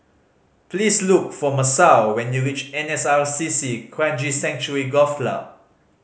please look for Masao when you reach N S R C C Kranji Sanctuary Golf Club